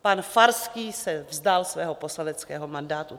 Pan Farský se vzdal svého poslaneckého mandátu.